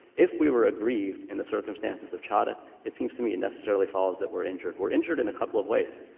if we were aggrieved in the circumstances of chadha, it seems to me it necessarily follows that we're injured. we're injured in a couple of ways.